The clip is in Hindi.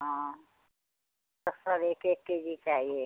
हाँ तो सब सब एक के जी चाहिए